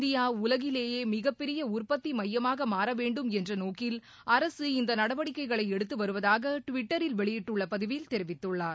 India உலகிலேயே மிகப்பெரிய உற்பத்தி மையமாக மாறவேண்டும் என்ற நோக்கில் அரசு இந்த நடவடிக்கைகளை எடுத்துவருவதாக டுவிட்டரில் வெளியிட்டுள்ள பதிவில் தெரிவித்துள்ளார்